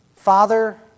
Father